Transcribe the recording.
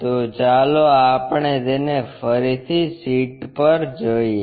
તો ચાલો આપણે તેને ફરીથી શીટ પર જોઈએ